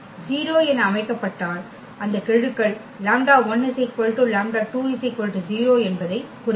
0 என அமைக்கப்பட்டால் அந்த கெழுக்கள் 𝝀1 𝝀2 0 என்பதைக் குறிக்கும்